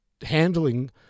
handling